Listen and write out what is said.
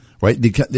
right